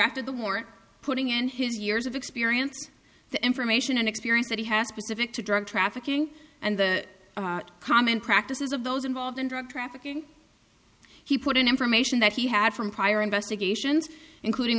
drafted the war putting in his years of experience the information and experience that he has specific to drug trafficking and the common practices of those involved in drug trafficking he put in information that he had from prior investigations including